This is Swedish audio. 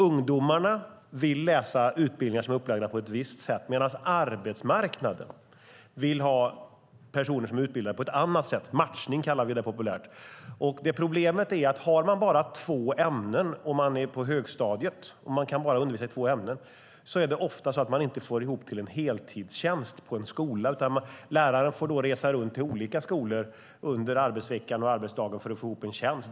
Ungdomarna vill läsa utbildningar som är upplagda på ett visst sätt, medan arbetsmarknaden vill ha personer som är utbildade på ett annat sätt. Matchning, kallar vi det populärt. Problemet är att om man bara kan undervisa i två ämnen på högstadiet får man ofta inte ihop till en heltidstjänst på en skola. Läraren får då resa runt till olika skolor under arbetsdagen och arbetsveckan för att få ihop till en tjänst.